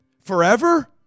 Forever